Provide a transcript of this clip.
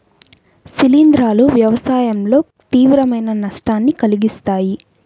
శిలీంధ్రాలు వ్యవసాయంలో తీవ్రమైన నష్టాన్ని కలిగిస్తాయి